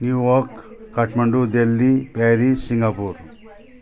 new York Kathmandu Delhi Paris Singapore